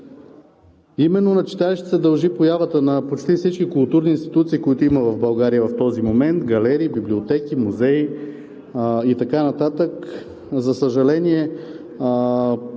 Именно на читалищата се дължи появата на почти всички културни институции, които има в България в този момент: галерии, библиотеки, музеи и така нататък. За съжаление,